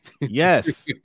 Yes